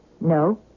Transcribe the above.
No